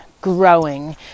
growing